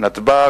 נתב"ג,